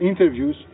interviews